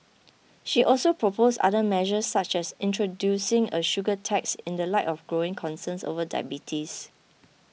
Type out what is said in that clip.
she also proposed other measures such as introducing a sugar tax in the light of growing concerns over diabetes